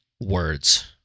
words